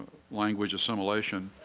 language assimilation,